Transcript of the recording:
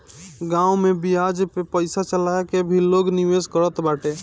गांव में बियाज पअ पईसा चला के भी लोग निवेश करत बाटे